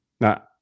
Now